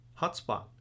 hotspot